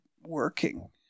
working